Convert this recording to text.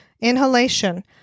inhalation